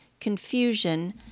confusion